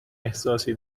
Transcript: احساسی